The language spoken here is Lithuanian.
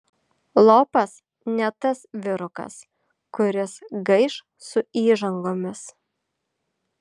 lopas ne tas vyrukas kuris gaiš su įžangomis